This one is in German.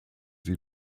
sie